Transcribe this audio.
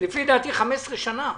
15 שנה,